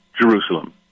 Jerusalem